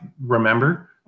remember